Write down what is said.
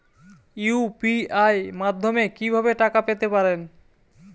UPI মাধ্যমে কি ভাবে টাকা পেতে পারেন?